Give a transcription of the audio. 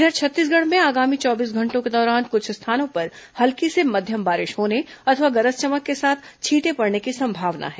इधर छत्तीसगढ़ में आगामी चौबीस घंटों के दौरान कुछ स्थानों पर हल्की से मध्यम बारिश होने अथवा गरज चमक के साथ छींटे पड़ने की संभावना है